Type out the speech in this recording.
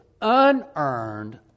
unearned